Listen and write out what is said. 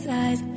eyes